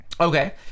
Okay